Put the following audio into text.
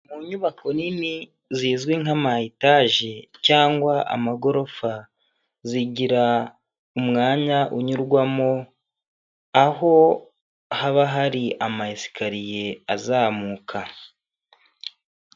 Mu nyubako nini zizwi nka ma etaje cyangwa amagorofa zigira umwanya unyurwamo aho haba hari ama esikariye azamuka.